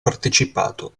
partecipato